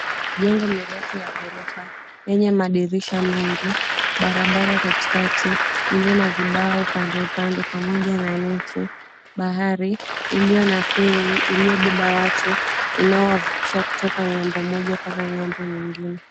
Jengo mirefu la gorofa lenye madirisha mengi, barabara katikati ilio na vibao pande upande, pamoja na miti. Bahari ilio na feri, ilio beba watu inaowavukisha kutoka ng'ambo moja paka ng'ambo nyingine.